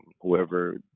whoever